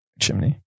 chimney